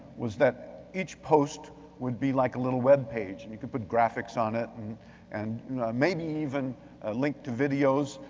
was that each post would be like a little webpage and you could put graphics on it and and maybe even link to videos.